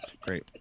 Great